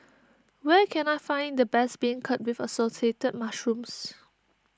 where can I find the best Beancurd with Assorted Mushrooms